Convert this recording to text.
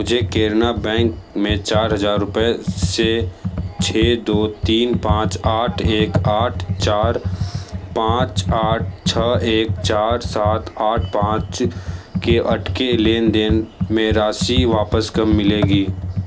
मुझे कैरना बैंक में चार हज़ार रुपये से छे दो तीन पाँच आठ एक आठ चार पाँच आठ छह एक चार सात आठ पाँच के अटके लेनदेन में राशि वापस कब मिलेगी